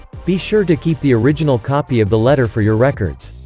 be sure to keep the original copy of the letter for your records.